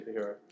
superhero